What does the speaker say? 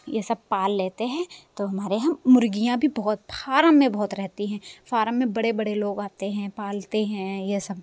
ये सब पाल लेते हैं तो हमारे यहाँ मुर्गियां भी बहुत फारम में बहुत रहती हैं फारम में बड़े बड़े लोग बहुत आते हैं पालते हैं ये सब